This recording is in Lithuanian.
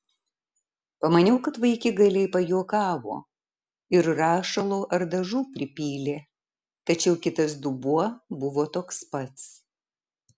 pamaniau kad vaikigaliai pajuokavo ir rašalo ar dažų pripylė tačiau kitas dubuo buvo toks pats